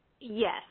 Yes